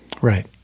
Right